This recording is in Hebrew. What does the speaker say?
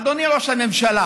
אדוני ראש הממשלה,